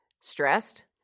stressed